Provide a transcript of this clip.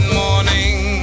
morning